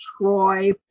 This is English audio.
Troy